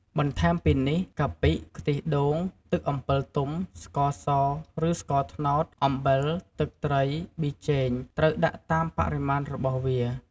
បន្ថែមពីនេះ កាពិ ខ្ទិះដូង ទឹកអំពិលទុំ ស្ករស ឬស្ករត្នោត អំបិល ទឹកត្រី ប៊ីចេង ត្រូវដាក់តាមបរិមាណរបស់វា។